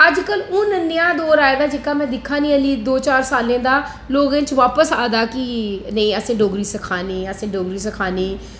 अजकल हून नेहा दौर आए दा जेहका में दिक्खेआ नेईं हा दो चार सालें दा लोकें च बापस आए दा कि नेईं असें डोगरी सखानी ऐ असें डोगरी सखानी